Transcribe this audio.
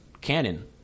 canon